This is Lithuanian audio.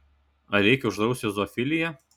ar reikia uždrausti zoofiliją